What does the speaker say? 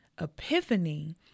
epiphany